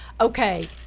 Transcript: okay